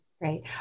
great